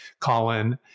Colin